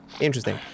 Interesting